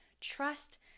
trust